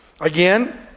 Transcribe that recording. Again